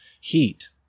heat